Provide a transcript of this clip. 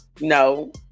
no